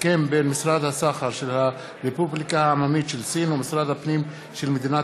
הסכם בין משרד הסחר של הרפובליקה העממית של סין ומשרד הפנים של מדינת